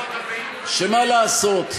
שמה לעשות,